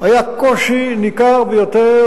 היה קושי ניכר ביותר,